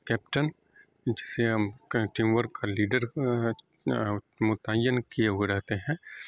captain جسے ہم teamwork کا لیڈر متعین کیے ہوئے رہتے ہیں